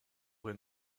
vrai